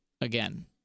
again